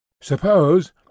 Suppose